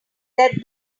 that